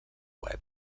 web